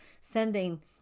sending